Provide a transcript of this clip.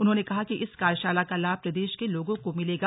उन्होंने कहा कि इस कार्यशाला का लाभ प्रदेश के लोगों को मिलेगा